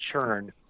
churn